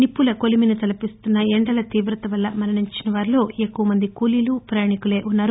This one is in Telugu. నిప్పుల కొలిమిని తలపిస్తున్న ఎండల తీవత వల్ల మరణించిన వారిలో ఎక్కువ మంది కూలీలు పయాణికులే ఉన్నారు